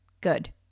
good